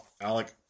Alec